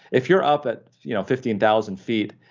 if you're up at you know fifteen thousand feet,